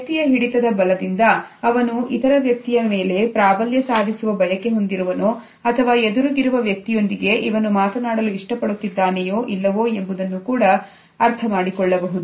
ವ್ಯಕ್ತಿಯ ಹಿಡಿತದ ಬಲದಿಂದ ಅವನು ಇತರ ವ್ಯಕ್ತಿಯ ಮೇಲೆ ಪ್ರಾಬಲ್ಯ ಸಾಧಿಸುವ ಬಯಕೆ ಹೊಂದಿರುವನೇ ಅಥವಾ ಎದುರಿಗಿರುವ ವ್ಯಕ್ತಿಯೊಂದಿಗೆ ಇವನು ಮಾತನಾಡಲು ಇಷ್ಟಪಡುತ್ತಿದ್ದಾನೆಯೋ ಇಲ್ಲವೋ ಎಂಬುದನ್ನು ಕೂಡ ಅರ್ಥಮಾಡಿಕೊಳ್ಳಬಹುದು